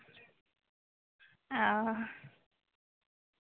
ᱚᱻ